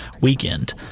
weekend